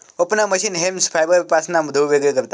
opener machine hemp फायबरपासना धुळ वेगळी करता